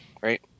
Right